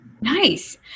nice